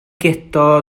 guto